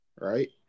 Right